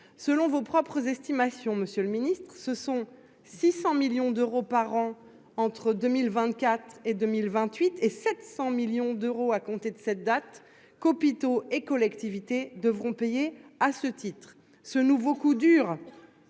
Selon vos propres estimations, Monsieur le Ministre, ce sont 600 millions d'euros par an entre 2024 et 2028 et 700 millions d'euros à compter de cette date qu', hôpitaux et collectivités devront payer à ce titre, ce nouveau coup dur.